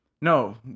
No